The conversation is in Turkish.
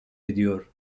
ediyor